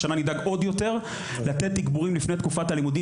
אז השנה נדאג עוד יותר לתת תגבורים לפני תקופת הלימודים